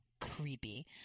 creepy